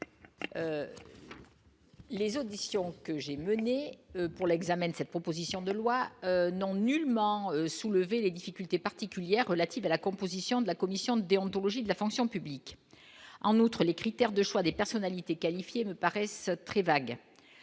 Les auditions que j'ai menée pour l'examen de cette proposition de loi n'ont nullement soulevé les difficultés particulières relatives à la composition de la commission déontologie de la fonction publique, en outre, les critères de choix des personnalités qualifiées, me paraissent très vague,